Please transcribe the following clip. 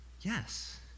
Yes